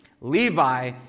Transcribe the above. Levi